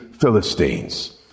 Philistines